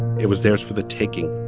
it was theirs for the taking